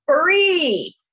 free